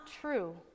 true